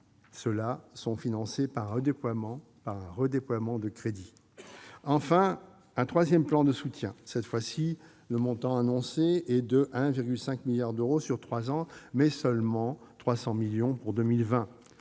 deux plans étant financés par un redéploiement de crédits. Vient enfin un troisième plan de « soutien ». Cette fois, le montant annoncé est de 1,5 milliard d'euros sur trois ans, mais seulement 300 millions d'euros pour 2020.